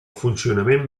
funcionament